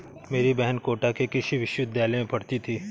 मेरी बहन कोटा के कृषि विश्वविद्यालय में पढ़ती थी